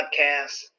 podcast